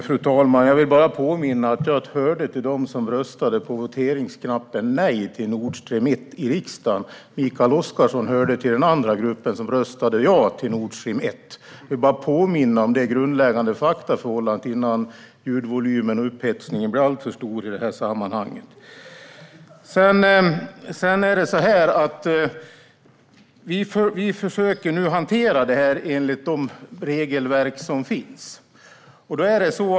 Fru talman! Jag vill bara påminna om att jag hörde till dem som röstade på voteringsknappen nej till Nord Stream 1 i riksdagen. Mikael Oscarsson hörde till den andra gruppen som röstade ja till Nord Stream 1. Jag vill bara påminna om det grundläggande faktaförhållandet innan ljudvolymen och upphetsningen blir alltför stor i sammanhanget. Vi försöker hantera frågan enligt de regelverk som finns.